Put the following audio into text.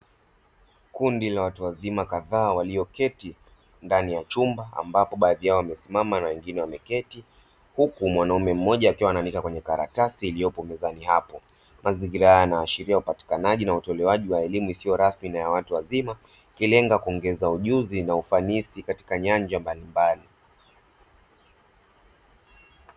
Kundi la watu wazima kadhaa walioketi ndani ya chumba ambapo baadhi yao wamesimama na wengine wamekaa, huku mwanaume mmoja akiwa anaandika kwenye karatasi iliyopo mezani hapo. Mazingira haya yanaashiria upatikanaji na utoaji wa elimu isiyo rasmi na ya watu wazima, ikilenga kuongeza ujuzi na ufanisi katika nyanja mbalimbali.